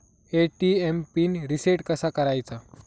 ATM PIN reset कसा करायचा?